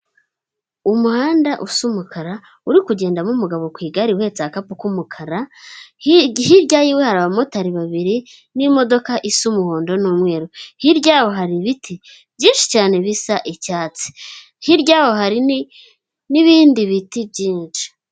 Umuhanda usa umukara uri kugendamo umugabo ku igare uhetse agakapu k'umukara, hirya yiwe hari abamotari babiri n'imodoka isa umuhondo n'umweru, hirya yaho hari ibiti byinshi cyane bisa icyatsi, hirya yaho hari n'ibindi biti byinshi.